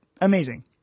Amazing